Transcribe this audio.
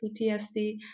PTSD